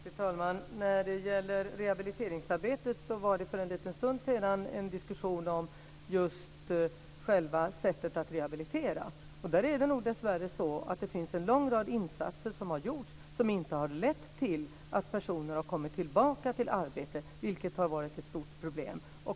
Fru talman! När det gäller rehabiliteringsarbetet var det för en liten stund sedan en diskussion om just själva sättet att rehabilitera. Det är nog dessvärre så att det gjorts en lång rad insatser som inte har lett till att personer har kommit tillbaka till arbetet, vilket har varit ett stort problem.